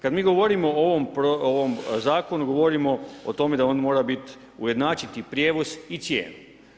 Kada mi govorimo o ovom zakonu govorimo o tome da on mora ujednačiti i prijevoz i cijenu.